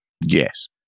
Yes